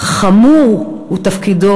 חמור הוא תפקידו